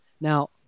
Now